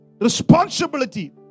responsibility